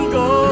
go